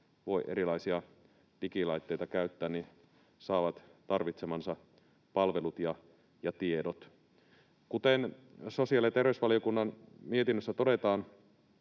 voi erilaisia digilaitteita käyttää, saavat tarvitsemansa palvelut ja tiedot. Kuten sosiaali- ja terveysvaliokunnan mietinnössä todetaan,